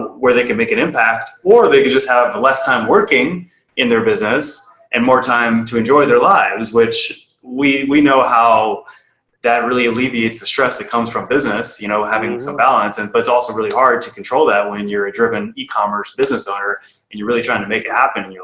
where they can make an impact or they could just have less time working in their business and more time to enjoy their lives, which we we know how that really alleviates the stress that comes from business, you know, having some balance. and but it's also really hard to control that when you're a driven e-commerce business owner and you're really trying to make it happen.